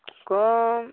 ᱠᱚᱢ